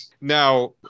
Now